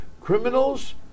Criminals